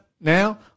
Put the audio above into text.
Now